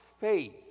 faith